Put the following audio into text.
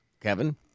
Kevin